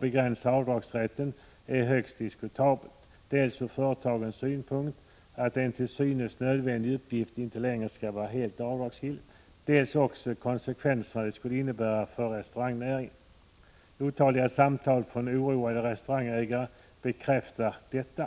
begränsa avdragsrätten ytterligare är högst diskutabelt, dels från företagens synpunkt — en till synes nödvändig utgift skulle inte längre vara helt avdragsgill — dels med tanke på vilka konsekvenser det skulle innebära för restaurangnäringen. Otaliga samtal från oroade restaurangägare bekräftar detta.